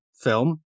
film